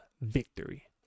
victory